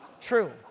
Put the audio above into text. True